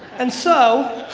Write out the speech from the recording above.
and so